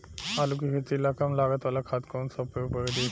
आलू के खेती ला कम लागत वाला खाद कौन सा उपयोग करी?